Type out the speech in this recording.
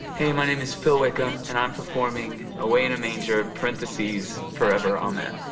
hey, my name is phil wickham and i'm performing away in a manger parentheses forever amen.